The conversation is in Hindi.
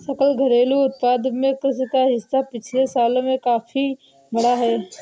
सकल घरेलू उत्पाद में कृषि का हिस्सा पिछले सालों में काफी बढ़ा है